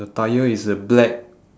the tyre is a black